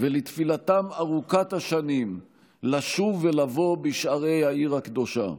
ולתפילתם ארוכת השנים לשוב ולבוא בשערי העיר הקדושה.